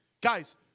Guys